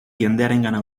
jendearengana